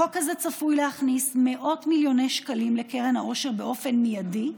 החוק הזה צפוי להכניס מאות מיליוני שקלים לקרן העושר באופן מיידי,